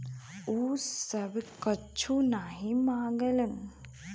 उ सब कुच्छो नाही माँगलन